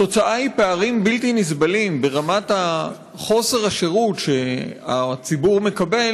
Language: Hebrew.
התוצאה היא פערים בלתי נסבלים ברמת חוסר השירות שהציבור מקבל,